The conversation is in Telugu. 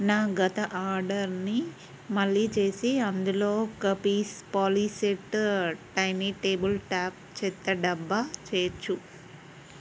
నా గత ఆర్డర్ని మళ్ళీ చేసి అందులో ఒక piece Polyset tiny table top చెత్త డబ్బా చేర్చు